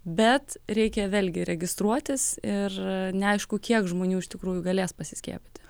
bet reikia vėlgi registruotis ir neaišku kiek žmonių iš tikrųjų galės pasiskiepyti